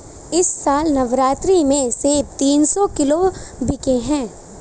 इस साल नवरात्रि में सेब तीन सौ किलो बिके हैं